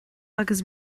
agus